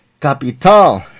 Capital